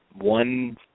one